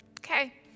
Okay